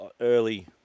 early